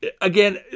Again